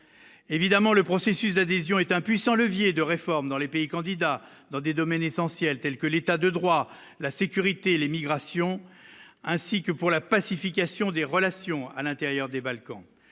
évidemment le processus d'adhésion est un puissant levier de réformes dans les pays candidats dans des domaines essentiels tels que l'état de droit, la sécurité, l'émigration, ainsi que pour la pacification des relations à l'intérieur des Balkans,